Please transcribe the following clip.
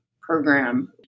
program